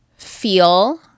feel